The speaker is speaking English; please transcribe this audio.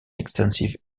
extensive